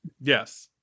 Yes